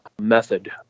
method